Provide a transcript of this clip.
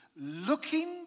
looking